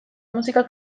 musika